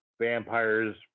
Vampires